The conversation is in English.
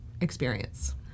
experience